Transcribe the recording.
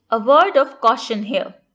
a word of caution here,